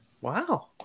Wow